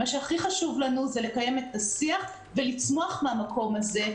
הכי חשוב לנו לקיים את השיח ולצמוח מן המקום הזה.